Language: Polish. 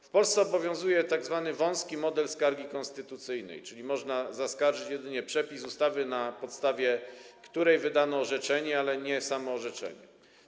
W Polsce obowiązuje tzw. wąski model skargi konstytucyjnej, czyli można zaskarżyć jedynie przepis ustawy, na podstawie której wydano orzeczenie, ale nie samo orzeczenie.